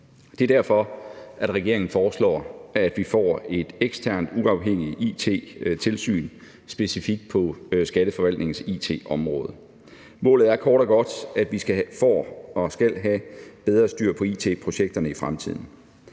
Det er derfor, at regeringen forslår, at vi får et eksternt, uafhængigt it-tilsyn specifikt på Skatteforvaltningens it-område. Målet er kort og godt, at vi får og skal have bedre styr på it-projekterne i fremtiden.